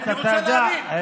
אני רוצה להבין.